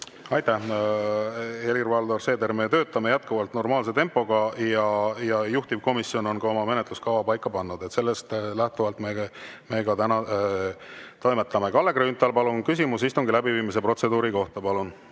Aitäh! Helir-Valdor Seeder, meie töötame jätkuvalt normaalse tempoga. Juhtivkomisjon on oma menetluskava paika pannud, sellest lähtuvalt me ka täna toimetame. Kalle Grünthal, palun, küsimus istungi läbiviimise protseduuri kohta!